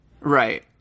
Right